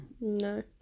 No